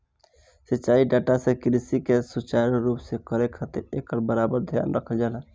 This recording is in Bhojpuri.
सिंचाई डाटा से कृषि के सुचारू रूप से करे खातिर एकर बराबर ध्यान रखल जाला